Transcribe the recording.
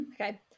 Okay